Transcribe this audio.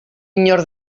inor